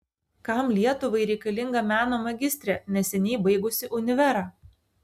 kam lietuvai reikalinga meno magistrė neseniai baigusi univerą